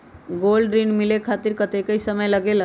Gold ऋण मिले खातीर कतेइक समय लगेला?